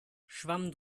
schwamm